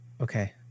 Okay